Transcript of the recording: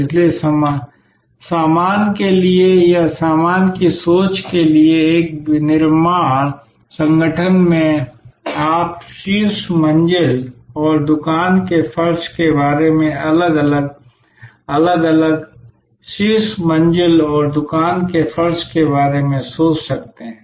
इसलिए सामान के लिए या सामान की सोच के लिए एक विनिर्माण संगठन में आप शीर्ष मंजिल और दुकान के फर्श के बारे में अलग अलग अलग अलग शीर्ष मंजिल और दुकान के फर्श के बारे में सोच सकते हैं